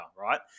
right